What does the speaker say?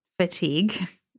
fatigue